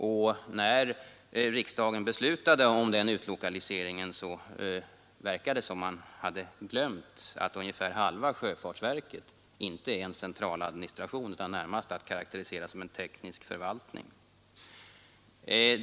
Och det verkar som om riksdagen, när man beslutade om utlokalisering, hade glömt att ungefär halva sjöfartsverket inte är en central administration utan närmast är att karakterisera som en teknisk förvaltning.